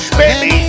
baby